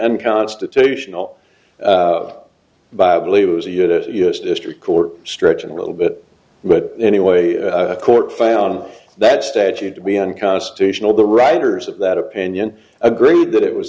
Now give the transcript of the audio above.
unconstitutional by i believe it was a unit u s district court stretching a little bit but anyway a court found that statute to be unconstitutional the writers of that opinion agreed that it was